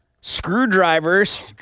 screwdrivers